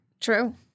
True